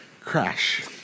Crash